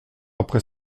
après